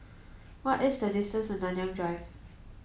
what is the distance to Nanyang Drive